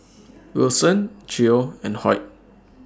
Wilson Geo and Hoyt